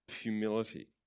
humility